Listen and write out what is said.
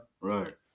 Right